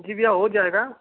जी भैया हो जाएगा